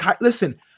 listen